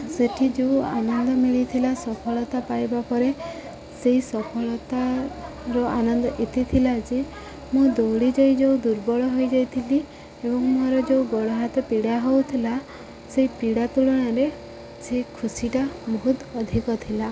ସେଇଠି ଯେଉଁ ଆନନ୍ଦ ମିଳିଥିଲା ସଫଳତା ପାଇବା ପରେ ସେହି ସଫଳତାର ଆନନ୍ଦ ଏତେ ଥିଲା ଯେ ମୁଁ ଦୌଡ଼ି ଯାଇ ଯେଉଁ ଦୁର୍ବଳ ହୋଇଯାଇଥିଲି ଏବଂ ମୋର ଯେଉଁ ଗୋଡ଼ ହାତ ପୀଡ଼ା ହେଉଥିଲା ସେହି ପୀଡ଼ା ତୁଳନାରେ ସେ ଖୁସିଟା ବହୁତ ଅଧିକ ଥିଲା